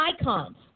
icons